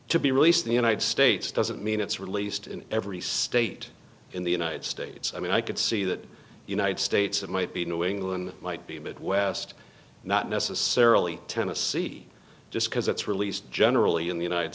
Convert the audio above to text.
to be released the united states doesn't mean it's released in every state in the united states i mean i could see that united states it might be new england might be midwest not necessarily tennessee just because it's released generally in the united